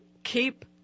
Keep